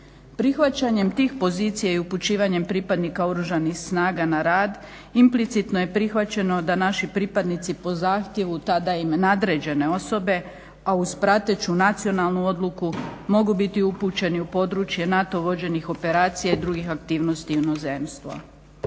Prihvaćanjem tih pozicija i upućivanjem pripadnika Oružanih snaga na rad implicitno je prihvaćeno da naši pripadnici po zahtjevu tada im nadređene osobe, a uz prateću nacionalnu odluku mogu biti upućeni u područje NATO vođenih operacija i drugih aktivnosti u inozemstvo.